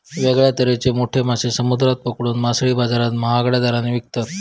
वेगळ्या तरेचे मोठे मासे समुद्रात पकडून मासळी बाजारात महागड्या दराने विकतत